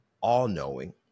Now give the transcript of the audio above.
all-knowing